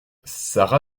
sara